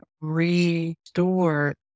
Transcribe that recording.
restore